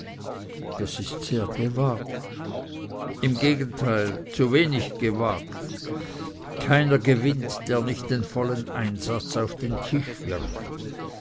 das ist sehr gewagt im gegenteil zu wenig gewagt keiner gewinnt der nicht den vollen einsatz auf den tisch wirft